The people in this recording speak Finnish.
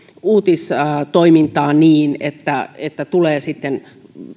uutistoimintaa niin että että